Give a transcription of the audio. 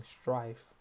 strife